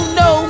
no